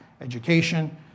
education